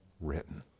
written